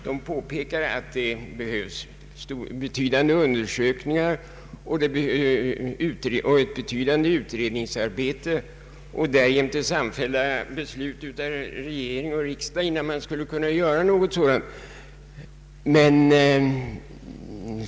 Det behövs stora undersökningar, ett omfattande utredningsarbete och därjämte samfällda beslut av regering och riksdag, innan man skulle kunna göra något sådant, skriver man.